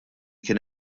kien